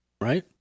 right